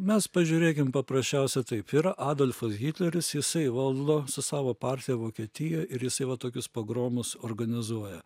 mes pažiūrėkim paprasčiausia taip yra adolfas hitleris jisai valdo su savo partija vokietijo ir jisai va tokius pogromus organizuoja